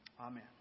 Amen